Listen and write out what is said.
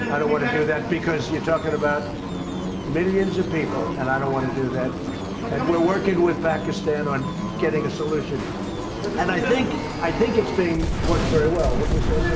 i don't want to do that because you're talking about millions of people and i don't want to do that and we're working with pakistan on getting a solution and i think i think it's being worked very well well,